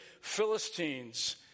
Philistines